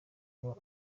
ngo